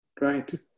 Right